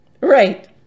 Right